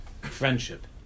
friendship